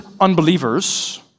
unbelievers